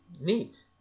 Neat